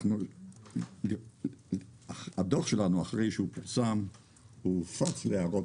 הדוח שלנו הופץ להערות